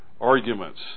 arguments